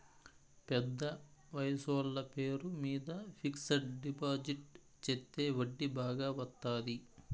పెద్ద వయసోళ్ల పేరు మీద ఫిక్సడ్ డిపాజిట్ చెత్తే వడ్డీ బాగా వత్తాది